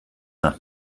nach